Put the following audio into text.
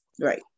Right